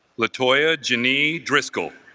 latoya ginny driscoll